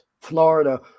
Florida